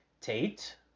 Tate